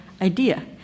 idea